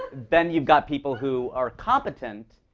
then you've got people who are competent.